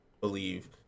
believe